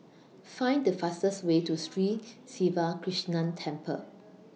Find The fastest Way to Sri Siva Krishna Temple